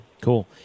Cool